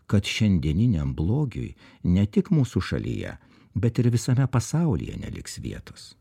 kad šiandieniniam blogiui ne tik mūsų šalyje bet ir visame pasaulyje neliks vietos